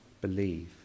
believe